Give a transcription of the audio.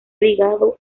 ligado